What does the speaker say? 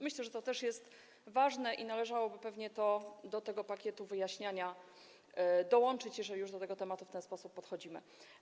Myślę, że to też jest ważne i należałoby pewnie to do tego pakietu wyjaśnień dołączyć, jeżeli już do tego tematu w ten sposób podchodzimy.